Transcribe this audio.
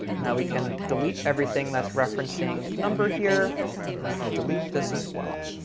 now we can delete everything that's referencing number here and we can delete this as well.